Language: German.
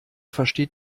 versteht